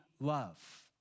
love